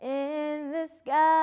and this guy